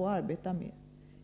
Thage Petersons Bergslagsproposition.